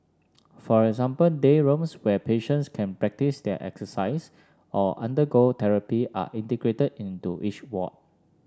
for example day rooms where patients can practise their exercise or undergo therapy are integrated into each ward